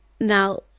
Now